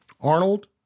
Arnold